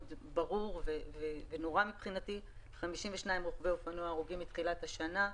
ברור ונורא הזה: 52 רוכבי אופנוע הרוגים מתחילת השנה,